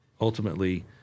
ultimately